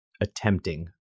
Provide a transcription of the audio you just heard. attempting